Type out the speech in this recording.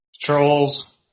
Trolls